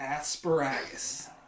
Asparagus